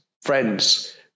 friends